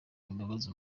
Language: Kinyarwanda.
imbabazi